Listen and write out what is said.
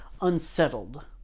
unsettled